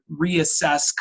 reassess